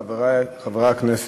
חברי חברי הכנסת,